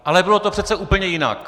Ale bylo to přece úplně jinak.